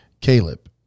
Caleb